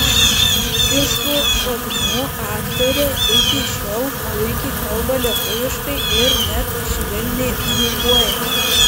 dzūkiškų šaknų aktorė iki šiol puikiai kalba lietuviškai ir net švelniai dzūkuoja